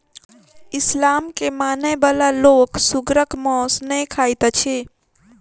इस्लाम के मानय बला लोक सुगरक मौस नै खाइत अछि